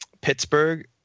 Pittsburgh